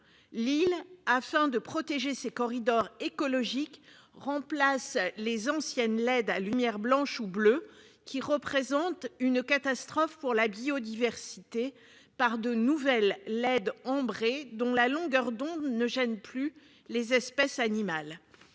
Lille afin de protéger ces corridors écologiques remplacent les anciennes LED à lumière blanche ou bleue qui représente une catastrophe pour la biodiversité par de nouvelles LED ambrées dont la longueur d'onde, ne gêne plus les espèces animales